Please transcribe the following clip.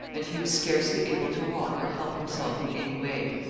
and he was scarcely able to walk or help himself in any way.